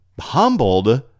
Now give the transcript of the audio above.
Humbled